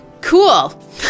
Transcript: Cool